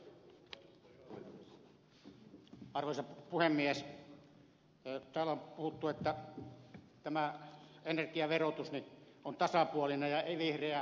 täällä on puhuttu että tämä energiaverotus nyt on tasapuolinen ja vihreä verouudistus